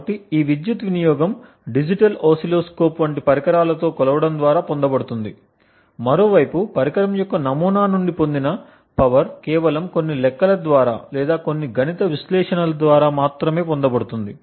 కాబట్టి ఈ విద్యుత్ వినియోగం డిజిటల్ ఓసిల్లోస్కోప్ వంటి పరికరాలతో కొలవడం ద్వారా పొందబడుతుంది మరోవైపు పరికరం యొక్క నమూనా నుండి పొందిన పవర్ కేవలం కొన్ని లెక్కల ద్వారా లేదా కొన్ని గణిత విశ్లేషణల ద్వారా మాత్రమే పొందబడుతుంది